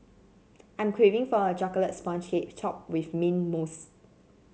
I'm craving for a chocolate sponge cake topped with mint mousse